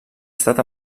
estat